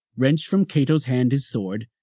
wrench from cato's hand his sword,